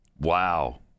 Wow